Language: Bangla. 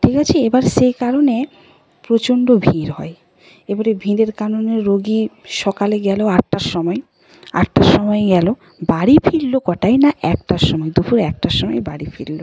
ঠিক আছে এবার সেই কারণে প্রচণ্ড ভিড় হয় এবারে ভিড়ের কারণে রোগী সকালে গেলো আটটার সময় আটটার সময়ে গেলো বাড়ি ফিরল কটায় না একটার সময় দুপুর একটার সময় বাড়ি ফিরল